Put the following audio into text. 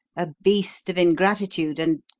a beast of ingratitude, and